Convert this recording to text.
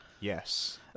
Yes